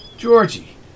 Georgie